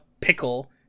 pickle